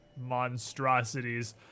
monstrosities